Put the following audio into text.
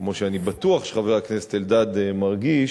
כמו שאני בטוח שחבר הכנסת אלדד מרגיש,